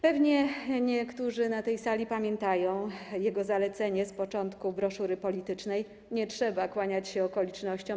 Pewnie niektórzy na tej sali pamiętają jego zalecenie z „Początku broszury politycznej”: „Nie trzeba kłaniać się Okolicznościom,